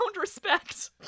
respect